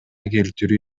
келтирүү